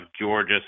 Georgia